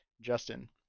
Justin